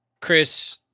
Chris